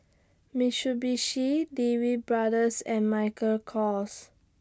Mitsubishi Lee Wee Brothers and Michael Kors